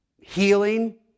healing